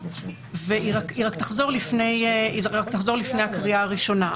היא רק תחזור לפני הקריאה הראשונה.